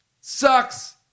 Sucks